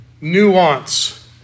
nuance